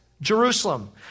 Jerusalem